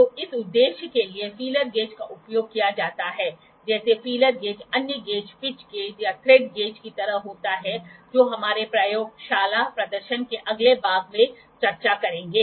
तो इस उद्देश्य के लिए फीलर गेज का उपयोग किया जाता है जैसे फीलर गेज अन्य गेज पिच गेज या थ्रेड गेज की तरह होता है जो हमारे प्रयोगशाला प्रदर्शन के अगले भाग में चर्चा करेगा